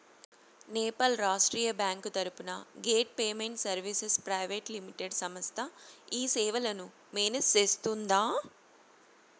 Nepal Rashtriya bank తరపున gate payment services private limited సంస్థ ఈ సేవలను మేనేజ్ సేస్తుందా?